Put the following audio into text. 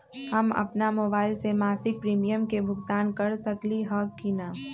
हम अपन मोबाइल से मासिक प्रीमियम के भुगतान कर सकली ह की न?